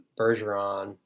Bergeron